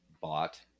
bought